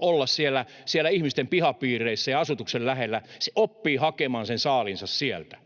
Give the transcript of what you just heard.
olla siellä ihmisten pihapiireissä ja asutuksen lähellä, se oppii hakemaan saaliinsa sieltä.